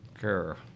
care